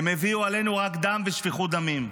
הם הביאו עלינו רק דם ושפיכות דמים.